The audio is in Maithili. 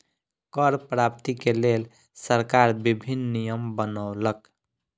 कर प्राप्ति के लेल सरकार विभिन्न नियम बनौलक